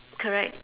correct